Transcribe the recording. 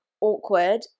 awkward